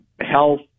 health